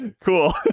Cool